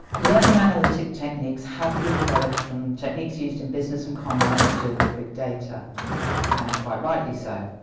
learning analytic techniques have been developed from techniques used in business and commerce to deal with big data and quite rightly so.